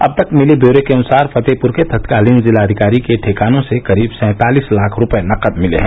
अब तक मिले ब्यौरे के अनुसार फतेहपुर के तत्कालीन जिलाधिकारी के ठिकानों से करीब सैंतालिस लाख रूपये नकद मिले हैं